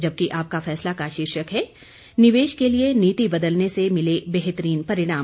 जबकि आपका फैसला का शीर्षक है निवेश के लिए नीति बदलने से मिले बेहतरीन परिणाम